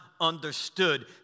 understood